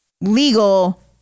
legal